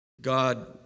God